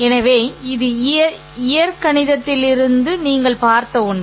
எனவே இது இயற்கணிதத்திலிருந்து நீங்கள் பார்த்த ஒன்று